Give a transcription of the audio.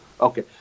Okay